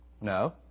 No